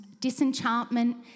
disenchantment